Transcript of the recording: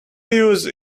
use